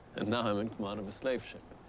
and now i'm in command of a slave ship.